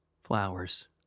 flowers